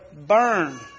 burn